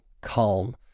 calm